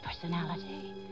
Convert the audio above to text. personality